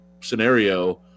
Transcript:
scenario